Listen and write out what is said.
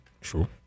Sure